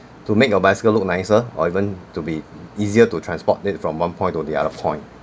to make your bicycle look nicer or even to be easier to transport it from one point to the other point